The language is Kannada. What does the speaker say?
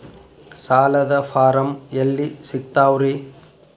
ಸಾಲದ ಫಾರಂ ಎಲ್ಲಿ ಸಿಕ್ತಾವ್ರಿ?